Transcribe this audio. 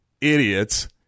idiots